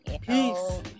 Peace